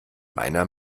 meiner